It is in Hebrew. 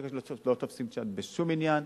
מרכזי הקשר לא תופסים צד בשום עניין,